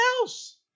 else